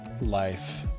life